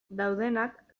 daudenak